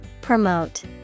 Promote